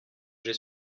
j’ai